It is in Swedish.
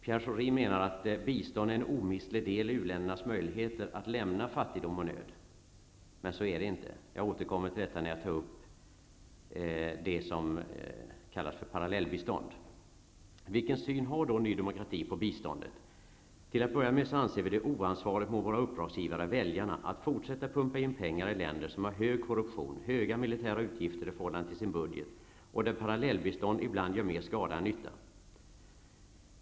Pierre Schori menar att bistånd är en omistlig del i u-ländernas möjligheter att lämna fattigdom och nöd. Så är det inte. Jag återkommer till detta när jag kommer till det som vi kallar parallellbistånd. Vilken syn har då Ny demokrati på biståndet? Till att börja med anser vi det oansvarigt mot våra uppdragsgivare, väljarna, att fortsätta pumpa in pengar i länder som har hög korruption och höga militära utgifter i förhållande till sin budget och där parallellbistånd ibland gör mer skada än nytta.